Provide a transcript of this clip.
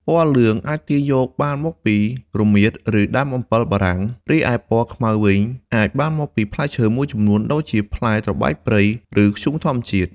ពណ៌លឿងអាចទាញយកបានពីរមៀត ឬដើមអំពិលបារាំង រីឯពណ៌ខ្មៅវិញអាចបានមកពីផ្លែឈើមួយចំនួនដូចជាផ្លែត្របែកព្រៃ ឬធ្យូងធម្មជាតិ។